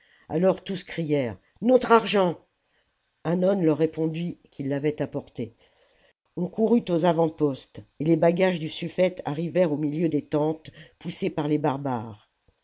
alors tous crièrent notre argent hannon leur répondit qu'il l'avait apporté on courut aux avant-postes et les bagages du sufïete arrivèrent au miheu des tentes poussés par les barbares